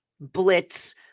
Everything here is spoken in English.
blitz